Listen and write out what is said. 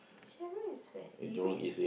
Chevron is where you mean